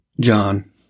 John